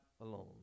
alone